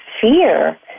fear